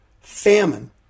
famine